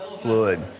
fluid